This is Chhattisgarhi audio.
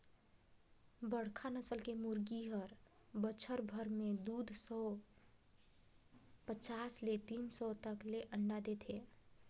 बड़खा नसल के मुरगी हर बच्छर भर में दू सौ पचास ले तीन सौ तक ले अंडा देथे